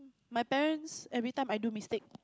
my parents every time I do mistake